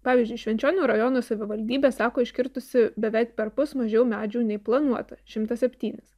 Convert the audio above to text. pavyzdžiui švenčionių rajono savivaldybė sako iškirtusi beveik perpus mažiau medžių nei planuota šimtą septynis